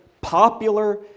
popular